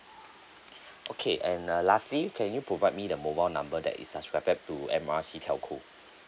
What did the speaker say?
okay and uh lastly can you provide me the mobile number that is subscribed to M R C telco